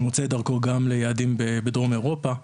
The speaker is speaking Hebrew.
הוא מוצא דרכו גם ליעדים בדרום אירופה.